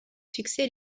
succès